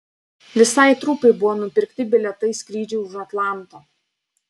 visai trupei buvo nupirkti bilietai skrydžiui už atlanto